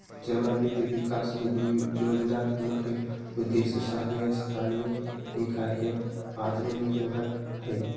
जमा वित्त विकास निधि जोजना के मुख्य उद्देश्य शहरी स्थानीय निकाय के आत्मनिर्भर हइ